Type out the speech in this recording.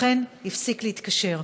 לכן הפסיק להתקשר.